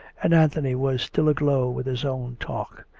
and anthony was still aglow with his own talk.